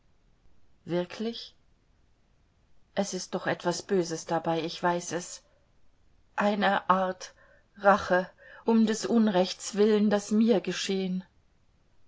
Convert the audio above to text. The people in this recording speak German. wirklich es ist doch etwas böses dabei ich weiß es eine art rache um des unrechts willen das mir geschehen